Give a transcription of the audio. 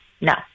no